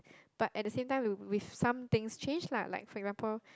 but at the same times will with something change lah like Singapore